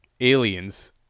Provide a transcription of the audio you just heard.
aliens